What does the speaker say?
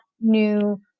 new